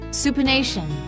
supination